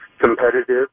competitive